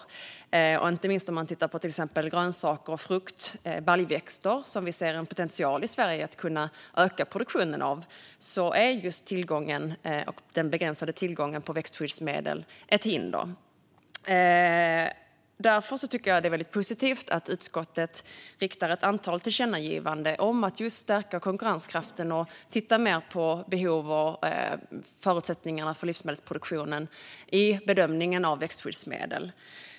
Det gäller inte minst om man till exempel tittar på grönsaker, frukt och baljväxter, som vi ser en potential att kunna öka produktionen av i Sverige. Där är just den begränsade tillgången till växtskyddsmedel ett hinder. Därför tycker jag att det är väldigt positivt att utskottet föreslår ett antal tillkännagivanden om att just stärka konkurrenskraften och titta mer på behov och förutsättningar för livsmedelsproduktionen i bedömningen av växtskyddsmedel.